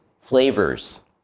flavors